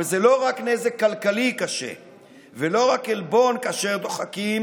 אבל זה לא רק נזק כלכלי קשה ולא רק עלבון כאשר דוחקים